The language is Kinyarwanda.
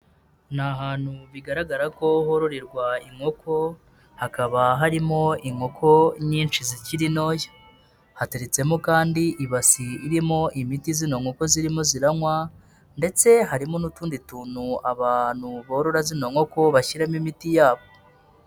Ni ahantu bigaragara ko hororerwa inkoko hakaba harimo inkoko nyinshi zikiri ntoya, hatetsemo kandi ibasi irimo imiti zino nkoko zirimo ziranywa ndetse harimo n'utundi tuntu abantu borora zino nkoko bashyiramo imiti yabo.